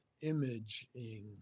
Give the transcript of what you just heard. imaging